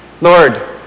Lord